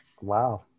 Wow